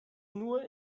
nur